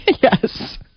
Yes